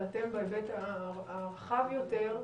אבל אתם בהיבט הרחב יותר.